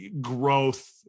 growth